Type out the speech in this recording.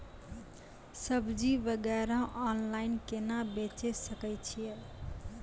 सब्जी वगैरह ऑनलाइन केना बेचे सकय छियै?